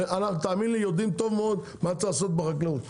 אנחנו תאמין לי יודעים טוב מאוד מה לעשות בחקלאות,